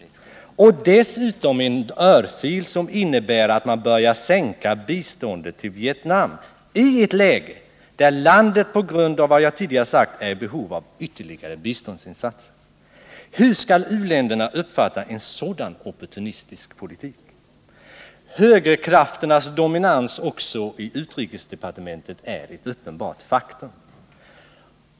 Det är dessutom en örfil som innebär att man börjar minska biståndet till Vietnam i ett läge då landet, på grund av vad jag tidigare har sagt, är i behov av ytterligare biståndsinsatser. Hur skall u-länderna uppfatta en sådan opportunistisk politik? Högerkrafternas dominans också i utrikesdepartementet är ett uppenbart faktum.